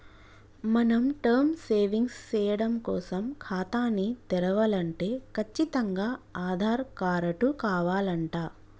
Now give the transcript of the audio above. మనం term savings సేయడం కోసం ఖాతాని తెరవలంటే కచ్చితంగా ఆధార్ కారటు కావాలంట